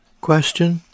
Question